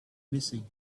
missing